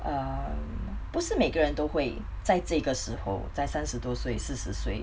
err 不是每个人都会在这个时候在三十多岁四十岁